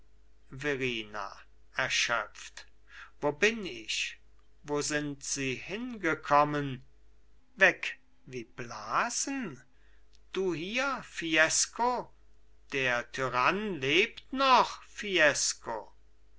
verrina erschöpft wo bin ich wo sind sie hingekommen weg wie blasen du hier fiesco der tyrann lebt noch fiesco